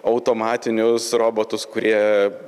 automatinius robotus kurie